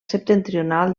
septentrional